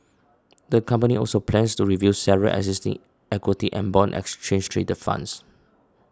the company also plans to review several existing equity and bond exchange trade funds